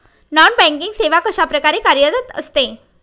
Non banking सेवा कशाप्रकारे कार्यरत असते?